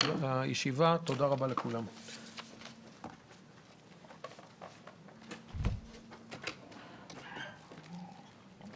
הישיבה ננעלה בשעה 11:45.